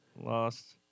Lost